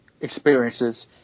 experiences